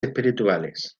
espirituales